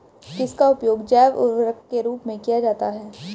किसका उपयोग जैव उर्वरक के रूप में किया जाता है?